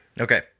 Okay